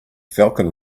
falcon